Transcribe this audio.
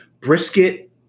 brisket